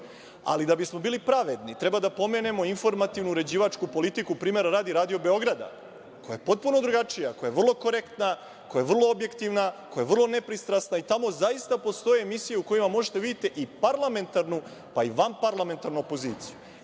da bismo bili pravedni, treba da pomenemo informativnu uređivačku politiku, primera radi, Radio Beograda, koja je potpuno drugačija, koja je vrlo korektna, vrlo objektivna, koja je vrlo nepristrasna. Tamo zaista postoje emisije u kojima možete da vidite i parlamentarnu, pa i vanparlamentarnu opoziciju.